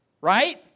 right